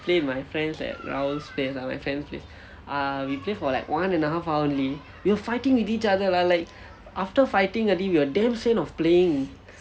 play with my friends at rahul's place ah my friend's place ah we play for like one and a half hours in we were fighting with each other like after fighting already we were damn sian of playing